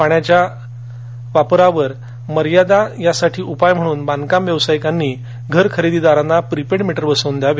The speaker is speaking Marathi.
पाण्याच्या मर्यादित वापरासाठी उपाय म्हणून बांधकाम व्यावसायिकांनी घर खरेदीदारांना प्री पेड मीटर बसवून द्यावे